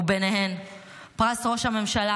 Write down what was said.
וביניהן פרס ראש הממשלה